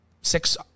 six